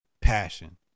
passion